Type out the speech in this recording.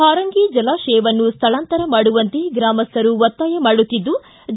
ಹಾರಂಗಿ ಜಲಾಶಯವನ್ನು ಸ್ಥಳಾಂತರ ಮಾಡುವಂತೆ ಗ್ರಾಮಸ್ಥರು ಒತ್ತಾಯ ಮಾಡುತ್ತಿದ್ಲು